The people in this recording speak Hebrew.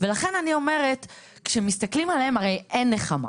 לכן אני אומרת, כשמסתכלים עליהם הרי אין נחמה,